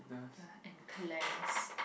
ya and cleanse